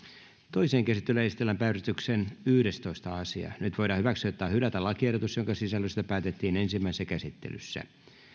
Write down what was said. toiseen käsittelyyn esitellään päiväjärjestyksen yhdestoista asia nyt voidaan hyväksyä tai hylätä lakiehdotus jonka sisällöstä päätettiin ensimmäisessä käsittelyssä